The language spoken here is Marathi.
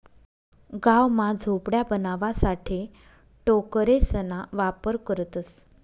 गाव मा झोपड्या बनवाणासाठे टोकरेसना वापर करतसं